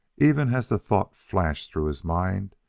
even as the thought flashed through his mind,